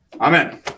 Amen